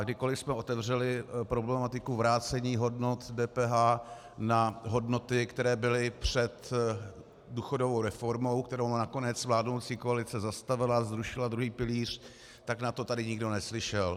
Kdykoliv jsme otevřeli problematiku vrácení hodnot DPH na hodnoty, které byly před důchodovou reformou, kterou nakonec vládnoucí koalice zastavila, zrušila druhý pilíř, tak na to tady nikdo neslyšel.